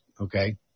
Okay